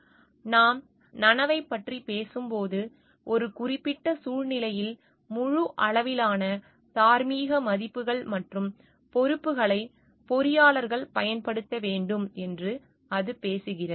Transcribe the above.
நாம் நனவைப் பற்றி பேசும்போது ஒரு குறிப்பிட்ட சூழ்நிலையில் முழு அளவிலான தார்மீக மதிப்புகள் மற்றும் பொறுப்புகளை பொறியாளர்கள் பயன்படுத்த வேண்டும் என்று அது பேசுகிறது